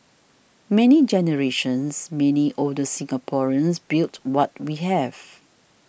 many generations many older Singaporeans built what we have